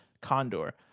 condor